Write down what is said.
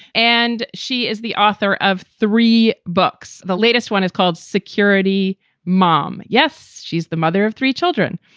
and she is the author of three books. the latest one is called security mom. yes, she's the mother of three children.